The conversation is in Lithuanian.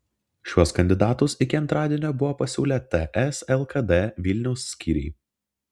šiuos kandidatus iki antradienio buvo pasiūlę ts lkd vilniaus skyriai